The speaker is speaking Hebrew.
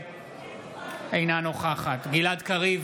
אינה נוכחת גלעד קריב,